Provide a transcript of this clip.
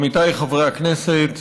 עמיתיי חברי הכנסת,